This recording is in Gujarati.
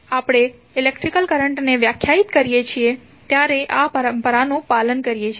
જ્યારે આપણે ઇલેક્ટ્રિક કરંટને વ્યાખ્યાયિત કરીએ છીએ ત્યારે આ પરંપરા નું પાલન કરીએ છીએ